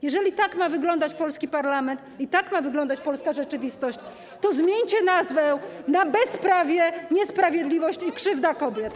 Jeżeli tak ma wyglądać polski parlament i tak ma wyglądać polska rzeczywistość, to zmieńcie nazwę na: bezprawie, niesprawiedliwość i krzywda kobiet.